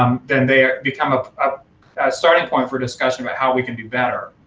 um then they become a ah starting point for discussion about how we can do better,